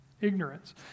Ignorance